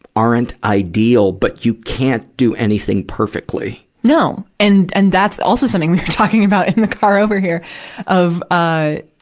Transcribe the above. aren't' ideal. but you can't do anything perfectly. no. and, and that's also something we're talking about in the car over here of, ah,